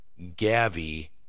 Gavi